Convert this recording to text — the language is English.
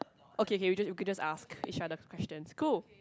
okay K we just we can just ask each other questions cool